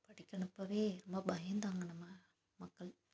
படிக்க அனுப்பவே ரொம்ப பயந்தாங்க நம்ம மக்கள்